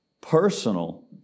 Personal